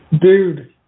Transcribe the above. Dude